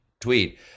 tweet